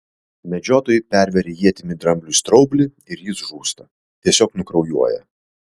medžiotojai perveria ietimi drambliui straublį ir jis žūsta tiesiog nukraujuoja